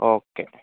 okay